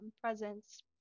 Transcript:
presence